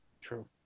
True